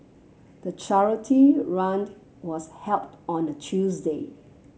the charity run was held on a Tuesday